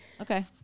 Okay